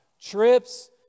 Trips